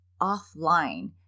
offline